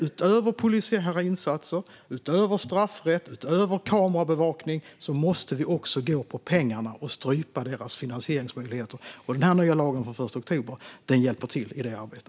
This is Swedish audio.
Utöver polisiära insatser, utöver straffrätt, utöver kamerabevakning måste vi också gå på pengarna och strypa de kriminella gängens finansieringsmöjligheter. Denna nya lag som träder i kraft den 1 oktober hjälper till i detta arbete.